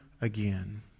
again